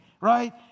right